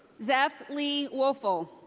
zeph lee woelfel.